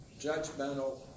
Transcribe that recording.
judgmental